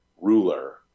ruler